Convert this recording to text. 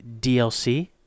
DLC